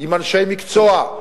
עם אנשי מקצוע,